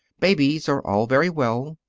babies are all very well,